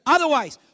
Otherwise